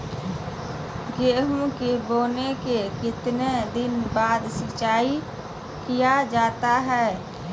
गेंहू के बोने के कितने दिन बाद सिंचाई किया जाता है?